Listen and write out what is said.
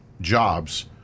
jobs